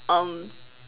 um